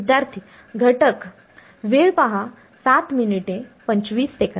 विद्यार्थी घटक